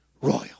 royal